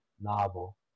novel